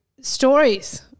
stories